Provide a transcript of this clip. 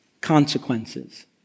consequences